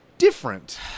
Different